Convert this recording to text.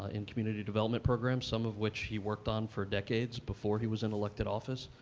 ah in community development programs, some of which he worked on for decades before he was in elected office.